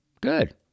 Good